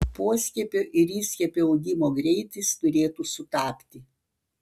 poskiepio ir įskiepio augimo greitis turėtų sutapti